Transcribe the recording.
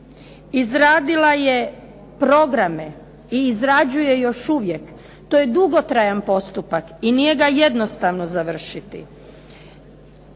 izradila je programe i izrađuje još uvijek. To je dugotrajan postupak i nije ga jednostavno završiti.